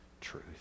truth